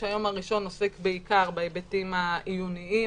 כשהיום הראשון עוסק בעיקר בהיבטים העיוניים,